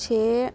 से